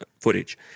footage